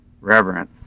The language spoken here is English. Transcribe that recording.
reverence